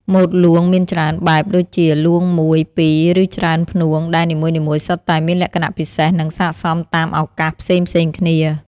ម៉ូតលួងមានច្រើនបែបដូចជា លួងមួយ ពីរ ឬច្រើនផ្នួង ដែលនីមួយៗសុទ្ធតែមានលក្ខណៈពិសេស និងស័ក្តិសមតាមឱកាសផ្សេងៗគ្នា។